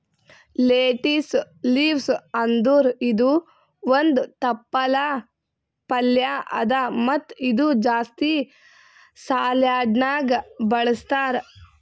lettuce leaves ಅಂದುರ್ ಇದು ಒಂದ್ ತಪ್ಪಲ್ ಪಲ್ಯಾ ಅದಾ ಮತ್ತ ಇದು ಜಾಸ್ತಿ ಸಲಾಡ್ನ್ಯಾಗ ಬಳಸ್ತಾರ್